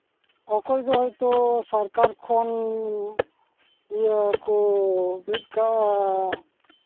ᱚᱠᱚᱭ ᱫᱚ ᱦᱚᱭᱛᱳ ᱥᱚᱨᱠᱟᱨ ᱠᱷᱚᱱ ᱤᱭᱟᱹ ᱠᱚ ᱵᱤᱫ ᱟᱠᱟᱫᱼᱟ